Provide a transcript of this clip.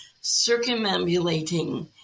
Circumambulating